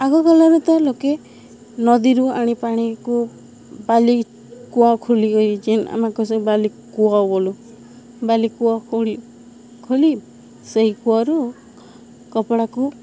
ଆଗକାଳରେ ତ ଲୋକେ ନଦୀରୁ ଆଣି ପାଣିକୁ ବାଲି କୂଅ ଖୋଲି ଯେନ୍ ଆମକୁ ସେ ବାଲି କୂଅ ଗଲୁ ବାଲି କୂଅ ଖୋଲି ଖୋଲି ସେହି କୂଅରୁ କପଡ଼ାକୁ